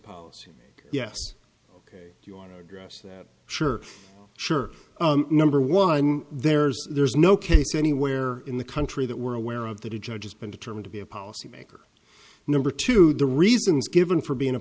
policy yes ok you want to address that sure sure number one there's there's no case anywhere in the country that we're aware of that a judge has been determined to be a policymaker number two the reasons given for being a